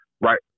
right